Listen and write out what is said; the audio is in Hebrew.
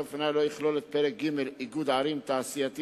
לפניה פרק ג': איגוד ערים תעשייתי,